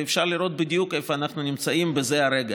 ואפשר לראות בדיוק איפה אנחנו נמצאים בזה הרגע,